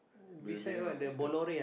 building ah is the